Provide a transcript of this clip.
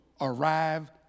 arrive